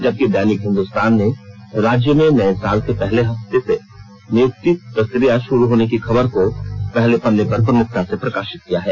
जबकि दैनिक हिन्दुस्तान ने राज्य में नए साल के पहले हफ्ता से नियुक्ति प्रक्रिया शुरू होने की खबर को पहले पन्ने पर प्रमुखता से प्रकाशित किया है